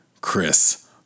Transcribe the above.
Chris